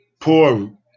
poor